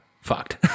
fucked